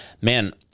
man